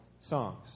songs